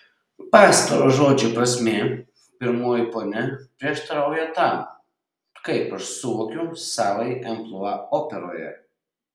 pastarojo žodžio prasmė pirmoji ponia prieštarauja tam kaip aš suvokiu savąjį amplua operoje